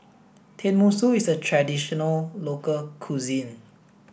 Tenmusu is a traditional local cuisine